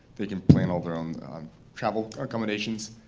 they can plan all their own travel, accommodations,